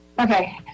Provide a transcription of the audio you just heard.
Okay